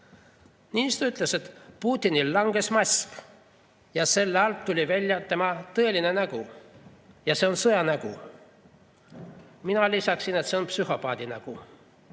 Niisiis, ta ütles, et Putinil langes mask ja selle alt tuli välja tema tõeline nägu. Ja see on sõja nägu. Mina lisaksin, et see on psühhopaadi nägu.